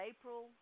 April